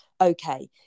okay